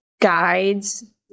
guides